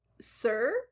sir